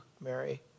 Mary